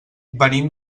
venim